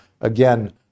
Again